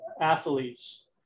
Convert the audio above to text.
athletes